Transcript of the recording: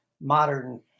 modern